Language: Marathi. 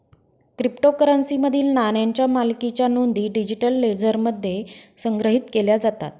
क्रिप्टोकरन्सीमधील नाण्यांच्या मालकीच्या नोंदी डिजिटल लेजरमध्ये संग्रहित केल्या जातात